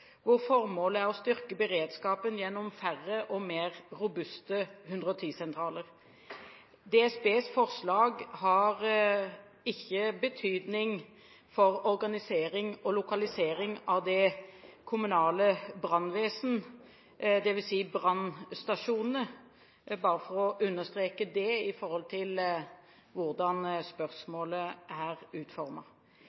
formålet er å styrke beredskapen gjennom færre og mer robuste 110-sentraler. DSBs forslag har ikke betydning for organisering og lokalisering av det kommunale brannvesen, dvs. brannstasjonene, bare for å understreke det med tanke på hvordan